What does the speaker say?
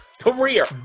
career